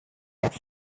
area